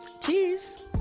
Cheers